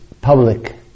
public